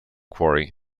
quarry